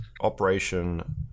Operation